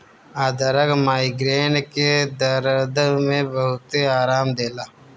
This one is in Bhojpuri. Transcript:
अदरक माइग्रेन के दरद में बहुते आराम देला